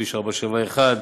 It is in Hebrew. על כביש 471,